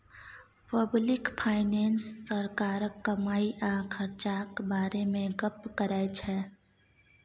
public finance सरकारक कमाई आ खरचाक बारे मे गप्प करै छै